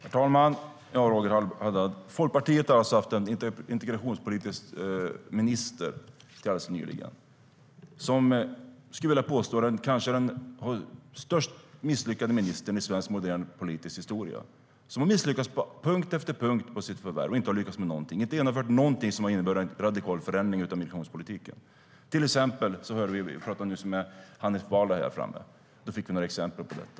Herr talman! Folkpartiet har, Roger Haddad, fram till alldeles nyligen haft en integrationspolitisk minister som jag skulle vilja påstå var den mest misslyckade ministern i svensk modern politisk historia. Denna minister har misslyckats med sitt värv på punkt efter punkt, har inte lyckats med någonting och har inte genomfört någonting som har inneburit en radikal förändring av migrationspolitiken. Vi hörde nyss Hanif Bali tala här framme, och vi fick då några exempel på detta.